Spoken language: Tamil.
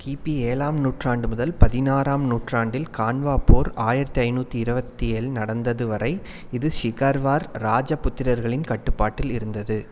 கிபி ஏழாம் நூற்றாண்டு முதல் பதினாறாம் நூற்றாண்டில் கான்வா போர் ஆயிரத்தி ஐநூற்றி இருபத்தி ஏழில் நடந்தது வரை இது சிகார்வார் ராஜப்புத்திரர்களின் கட்டுப்பாட்டில் இருந்தது